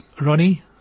Ronnie